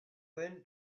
then